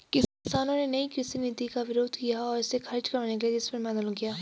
किसानों ने नयी कृषि नीति का विरोध किया और इसे ख़ारिज करवाने के लिए देशभर में आन्दोलन किया